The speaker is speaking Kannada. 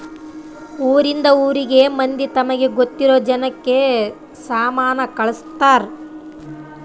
ಊರಿಂದ ಊರಿಗೆ ಮಂದಿ ತಮಗೆ ಗೊತ್ತಿರೊ ಜನಕ್ಕ ಸಾಮನ ಕಳ್ಸ್ತರ್